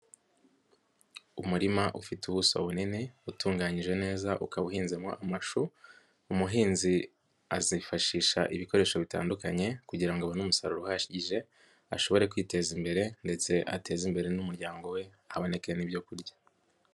Umurima ufite ubuso bunini utunganyije neza ukaba uhinzemo amashu, umuhinzi azifashisha ibikoresho bitandukanye kugira ngo abone umusaruro uhagije, ashobore kwiteza imbere ndetse ateze imbere n'umuryango we haboneke n'ibyo kurya.